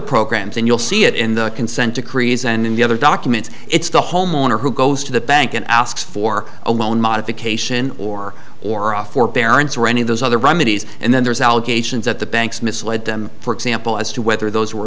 programs and you'll see it in the consent decrees and in the other documents it's the homeowner who goes to the bank and asks for a loan modification or or a forbearance or any of those other remedies and then there's allegations that the banks misled them for example as to whether those were